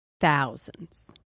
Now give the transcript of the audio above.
Thousands